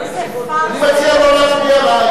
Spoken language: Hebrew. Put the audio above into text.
הסתייגות, אני מציע לא להצביע,